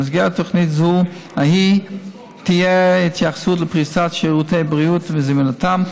במסגרת תוכנית זו תהיה התייחסות לפריסת שירותי בריאות וזמינותם,